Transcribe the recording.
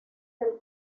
del